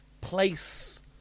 place